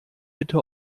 bitte